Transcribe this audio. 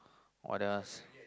what else